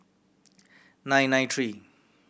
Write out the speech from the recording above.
nine nine three